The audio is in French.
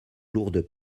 lourdes